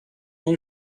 اون